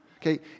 Okay